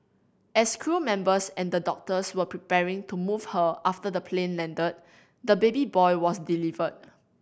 as crew members and the doctors were preparing to move her after the plane landed the baby boy was delivered